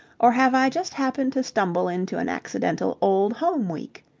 or have i just happened to stumble into an accidental old home week?